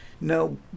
no